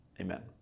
Amen